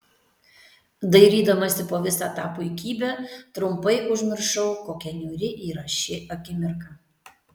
dairydamasi po visą tą puikybę trumpai užmiršau kokia niūri yra ši akimirka